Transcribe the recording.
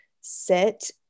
sit